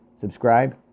subscribe